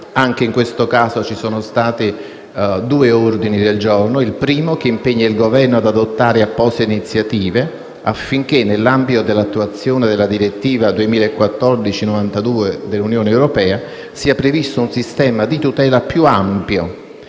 Anche in questo caso sono stati presentati due ordini del giorno: il primo (G14.100) impegna il Governo ad adottare apposite iniziative affinché, nell'ambito dell'attuazione della direttiva 2014/92 dell'Unione europea sia previsto un sistema di tutela più ampio